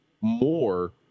more